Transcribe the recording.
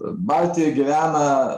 baltijoj gyvena